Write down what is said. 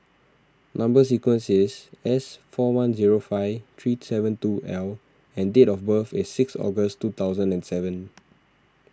Number Sequence is S four one zero five three seven two L and date of birth is six August two thousand and seven